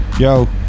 Yo